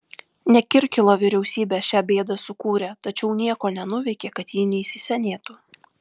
ne kirkilo vyriausybė šią bėdą sukūrė tačiau nieko nenuveikė kad ji neįsisenėtų